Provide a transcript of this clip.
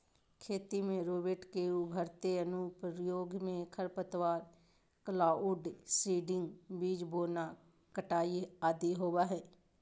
खेती में रोबोट के उभरते अनुप्रयोग मे खरपतवार, क्लाउड सीडिंग, बीज बोना, कटाई आदि होवई हई